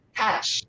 catch